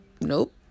nope